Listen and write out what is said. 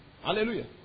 Hallelujah